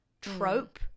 trope